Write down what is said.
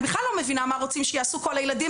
אני בכלל לא מבינה מה רוצים שיעשו כל הילדים